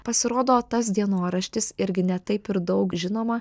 pasirodo tas dienoraštis irgi ne taip ir daug žinoma